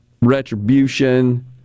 retribution